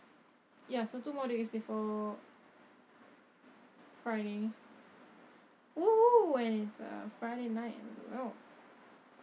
ya so two more days before friday !woohoo! and it's a friday night as well